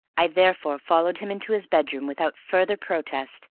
i therefore followed him into his bedroom without further protest,